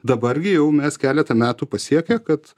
dabar gi jau mes keletą metų pasiekę kad